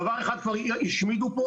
דבר אחד כבר השמידו פה,